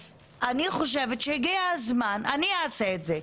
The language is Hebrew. אז אני חושבת שהגיע הזמן אני אעשה את זה,